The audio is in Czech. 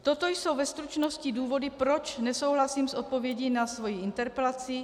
Toto jsou ve stručnosti důvody, proč nesouhlasím s odpovědí na svoji interpelaci.